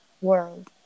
world